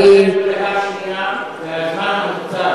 אני, אבל את מדברת בדקה השנייה, והזמן קצוב.